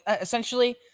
essentially